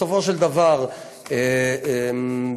אין לי